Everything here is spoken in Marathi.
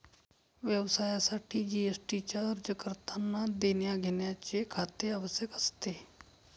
व्यवसायासाठी जी.एस.टी चा अर्ज करतांना देण्याघेण्याचे खाते आवश्यक असते